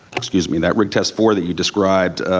i mean that rig test four that you described,